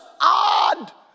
odd